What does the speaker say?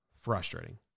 frustrating